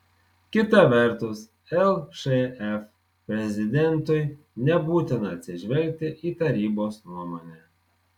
kita vertus lšf prezidentui nebūtina atsižvelgti į tarybos nuomonę